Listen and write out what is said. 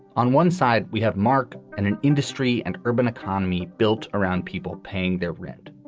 on one side, we have mark and an industry and urban economy built around people paying their rent.